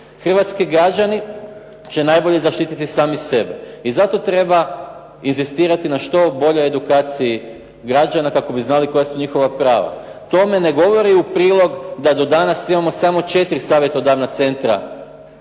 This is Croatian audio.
Hrvatski građani će najbolje zaštititi sami sebe i zato treba inzistirati na što boljoj edukaciji građana kako bi znali koja su njihova prava. Tome ne govori u prilog da do danas imamo samo 4 savjetodavna centra